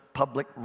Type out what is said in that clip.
public